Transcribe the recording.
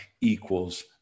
equals